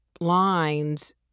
lines